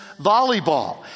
volleyball